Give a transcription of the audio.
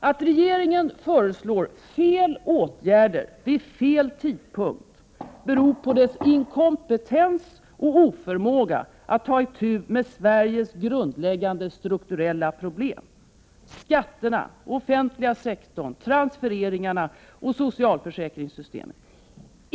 Att regeringen föreslår fel åtgärder vid fel tidpunkt beror på dess inkompetens och oförmåga att ta itu med Sveriges grundläggande strukturella problem, dvs. skatterna, den offentliga sektorn, transfereringarna och socialförsäkringssystemet.